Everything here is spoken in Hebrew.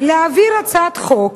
להעביר הצעת חוק,